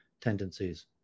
tendencies